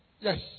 Yes